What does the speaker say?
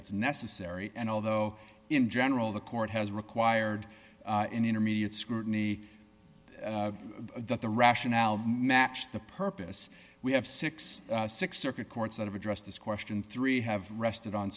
it's necessary and although in general the court has required an intermediate scrutiny that the rationale matched the purpose we have sixty six circuit courts that have addressed this question three have rested on